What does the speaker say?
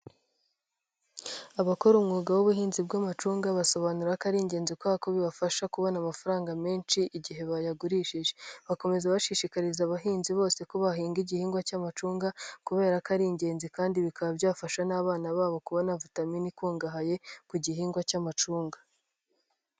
Abakora umwuga w'ubuhinzi bw'amacunga basobanura ko ari ingenzi kubera ko bibafasha kubona amafaranga menshi igihe bayagurishije, bakomeza bashishikariza abahinzi bose ko bahinga igihingwa cy'amacunga kubera ko ari ingenzi kandi bikaba byafasha n'abana babo kubona vitamine ikungahaye ku gihingwa cy'amacunga.